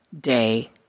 day